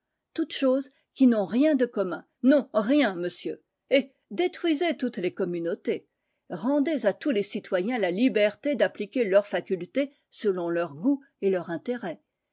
toutes choses qui n'ont rien de commun non rien monsieur eh détruisez toutes les communautés rendez à tous les citoyens la liberté d'appliquer leurs facultés selon leur goût et leur intérêt